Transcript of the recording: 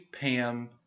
Pam